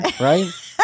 right